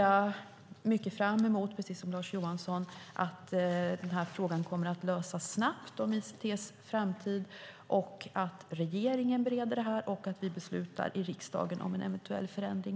För övrigt ser jag liksom Lars Johansson starkt fram emot att frågan om ICT:s framtid löses snabbt, att regeringen bereder detta och att vi beslutar i riksdagen om en eventuell förändring.